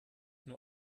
nur